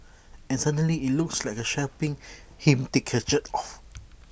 and suddenly IT looks like shopping him take his shirt off